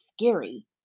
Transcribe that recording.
scary